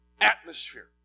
atmosphere